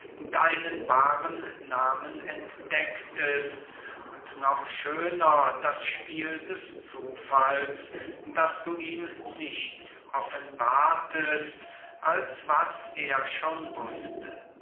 deinen wahren nahmen entdecktest und noch schöner das spiel des zufalls daß du ihm nichts offenbartest als was er schon wußte